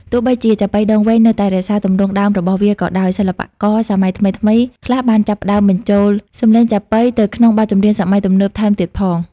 ទោះបីជាចាប៉ីដងវែងនៅតែរក្សាទម្រង់ដើមរបស់វាក៏ដោយ សិល្បករសម័យថ្មីៗខ្លះបានចាប់ផ្តើមបញ្ចូលសម្លេងចាប៉ីទៅក្នុងបទចម្រៀងសម័យទំនើបថែមទៀតផង។